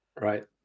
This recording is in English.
Right